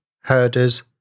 herders